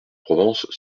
provence